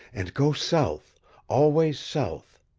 and go south always south.